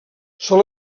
sol